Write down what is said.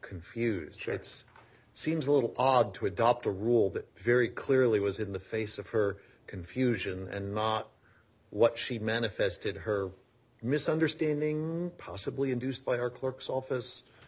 confused jets seems a little odd to adopt a rule that very clearly was in the face of her confusion and not what she manifested her misunderstanding possibly induced by her clerk's